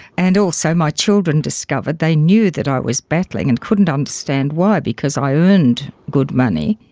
and also my children discovered, they knew that i was battling and couldn't understand why because i earned good money.